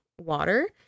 water